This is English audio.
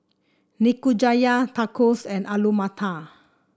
Nikujaga Tacos and Alu Matar